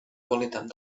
qualitat